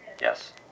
Yes